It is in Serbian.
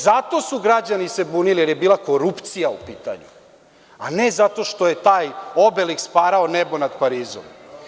Zato su se građani bunili, jer je bila korupcija upitanju, a ne zato što je taj obeliks parao nebo nad Parizom.